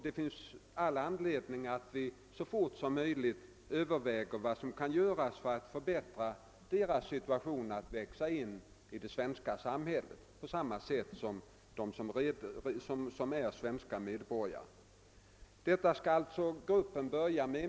Det finns all anledning för oss att så fort som möjligt överväga vad som kan göras för att förbättra dessa zigenares situation och möjligheter att växa in i det svenska samhället på samma sätt som de zigenare som är svenska medborgare. Detta arbete skall alltså gruppen börja med.